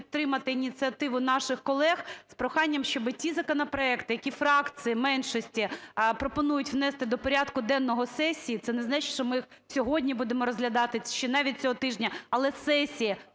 підтримати ініціативу наших колег з проханням, щоби ті законопроекти, які фракції меншості пропонують внести до порядку денного сесії, це не значить, що ми їх сьогодні будемо розглядати чи навіть цього тижня, але сесії,